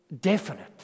Definite